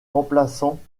remplaçant